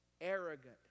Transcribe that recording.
Arrogant